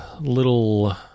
little